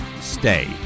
stay